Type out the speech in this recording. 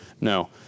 No